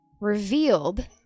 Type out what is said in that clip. revealed